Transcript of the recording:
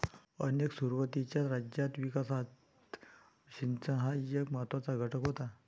अनेक सुरुवातीच्या राज्यांच्या विकासात सिंचन हा एक महत्त्वाचा घटक होता